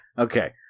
Okay